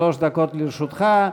שלוש דקות לרשותך.